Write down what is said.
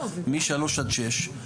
משלוש עד שש,